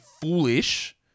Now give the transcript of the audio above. foolish